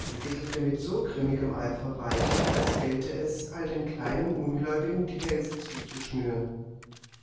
sie wickelte mit so grimmigem eifer weiter als gelte es all den kleinen ungläubigen die hälse